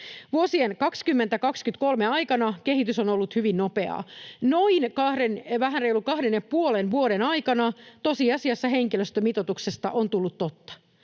Vuosien 20—23 aikana kehitys on ollut hyvin nopeaa. Vähän reilun kahden ja puolen vuoden aikana tosiasiassa henkilöstömitoituksesta on tullut totta.